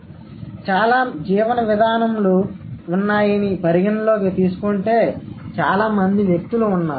కాబట్టి చాలా జీవన విధానంలు ఉన్నాయని పరిగణనలోకి తీసుకుంటే చాలా మంది వ్యక్తులు ఉన్నారు